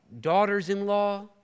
daughters-in-law